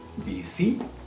BC